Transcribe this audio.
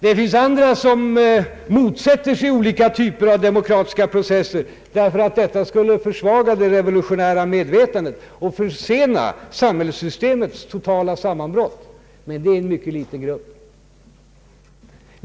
Det finns andra som motsätter sig olika typer av demokratiska processer, därför att detta skulle försvaga det revolutionära medvetandet och försena samhällssystemets totala sammanbrott; men det är en mycket liten grupp.